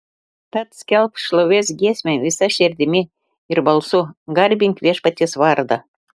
tad skelbk šlovės giesmę visa širdimi ir balsu garbink viešpaties vardą